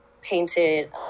painted